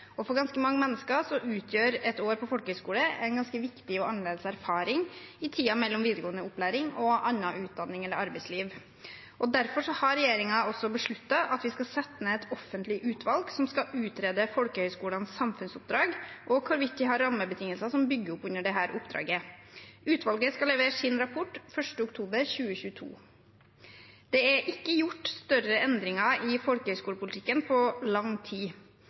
For ganske mange mennesker utgjør et år på folkehøgskole en ganske viktig og annerledes erfaring i tiden mellom videregående opplæring og annen utdanning eller arbeidslivet. Derfor har regjeringen besluttet at vi skal sette ned et offentlig utvalg som skal utrede folkehøgskolenes samfunnsoppdrag og hvorvidt de har rammebetingelser som bygger opp under dette oppdraget. Utvalget skal levere sin rapport 1. oktober 2022. Det er ikke gjort større endringer i folkehøgskolepolitikken på lang tid.